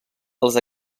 els